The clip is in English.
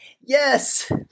Yes